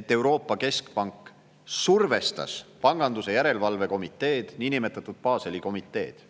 et Euroopa Keskpank on survestanud pangandusjärelevalve komiteed, niinimetatud Baseli komiteed.